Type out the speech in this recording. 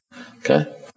Okay